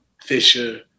Fisher